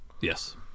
Yes